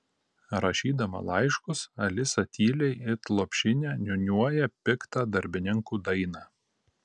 rašydama laiškus alisa tyliai it lopšinę niūniuoja piktą darbininkų dainą